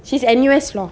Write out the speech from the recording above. she's N_U_S law